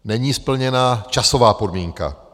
Není splněna časová podmínka.